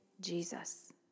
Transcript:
Jesus